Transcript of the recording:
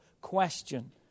question